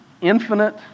infinite